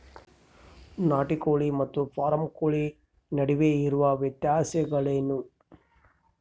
ನಾಟಿ ಕೋಳಿ ಮತ್ತು ಫಾರಂ ಕೋಳಿ ನಡುವೆ ಇರುವ ವ್ಯತ್ಯಾಸಗಳೇನು?